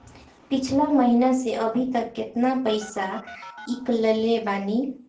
पिछला महीना से अभीतक केतना पैसा ईकलले बानी?